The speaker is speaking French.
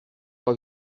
pas